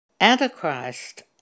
Antichrist